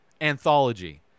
anthology